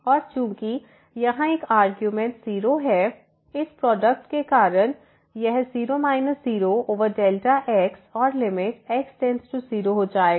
और चूंकि यहां एक आर्गुमेंट 0 है इस प्रोडक्ट के कारण यह 0 0xऔर लिमिट x→0 हो जाएगा